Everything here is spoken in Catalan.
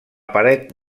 paret